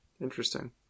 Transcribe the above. Interesting